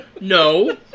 No